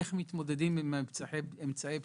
ואיך מתמודדים עם אמצעי בטיחות.